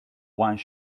one